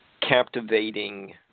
captivating